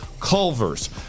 Culver's